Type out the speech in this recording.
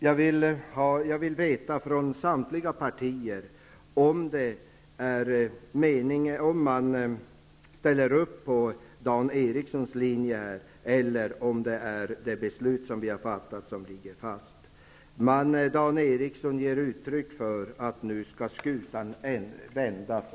Jag vill veta från samtliga partier, om de ställer upp på Dan Ericssons linje eller om det beslut som vi har fattat ligger fast. Dan Ericsson ger uttryck för att nu skall skutan vändas.